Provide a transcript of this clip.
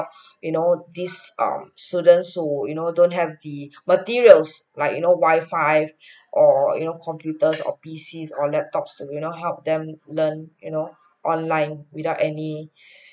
you know these um students who you know don't have the materials like you know wifi or you know computers or P_C or laptops to you know help them learn you know online without any